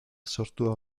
sortua